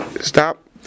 stop